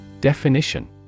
Definition